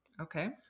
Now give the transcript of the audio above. Okay